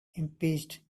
impeached